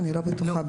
אני לא בטוחה.